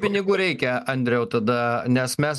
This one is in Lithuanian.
pinigų reikia andriau tada nes mes